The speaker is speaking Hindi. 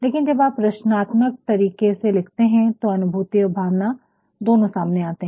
लेकिन जब आप कुछ रचनात्मक तरीके से लिखते हैं तो अनुभूति और भावना दोनों सामने आते हैं